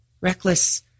reckless